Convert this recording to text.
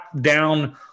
down